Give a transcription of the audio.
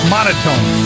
Monotone